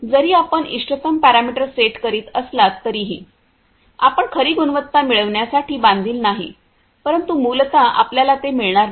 जरी आपण इष्टतम पॅरामीटर सेट करीत असलात तरीही आपण खरी गुणवत्ता मिळविण्यासाठी बांधील नाही परंतु मूलत आपल्याला ते मिळणार नाही